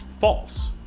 false